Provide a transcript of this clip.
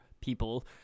people—